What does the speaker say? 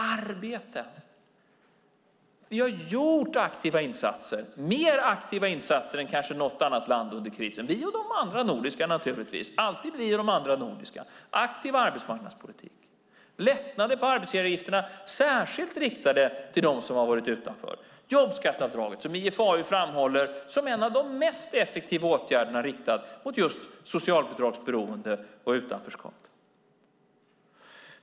Arbete: Vi har gjort aktiva insatser, mer aktiva insatser än kanske något annat land under krisen - vi och de andra nordiska naturligtvis, alltid vi och de andra nordiska. Aktiv arbetsmarknadspolitik och lättnader på arbetsgivaravgifterna, särskilt riktade till dem som har varit utanför. Jobbskatteavdraget är, som IFAU framhåller, en av de mest effektiva åtgärderna riktad mot socialbidragsberoende och utanförskap.